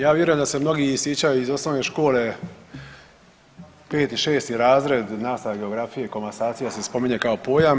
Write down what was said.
Ja vjerujem da se mnogi i sjećaju iz osnovne škole 5., 6. razred nastava geografije komasacija se spominje kao pojam.